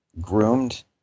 groomed